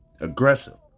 aggressive